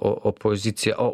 o opozicija o